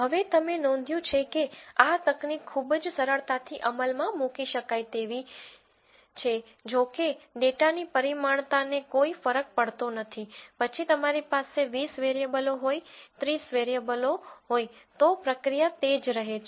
હવે તમે નોંધ્યું છે કે આ તકનીક ખૂબ જ સરળતાથી અમલમાં મૂકી શકાય તેવી છે જો કે ડેટાની પરિમાણતાને કોઈ ફરક પડતો નથી પછી તમારી પાસે 20 વેરીએબલો હોય 30 વેરીએબલો હોય તો પ્રક્રિયા તે જ રહે છે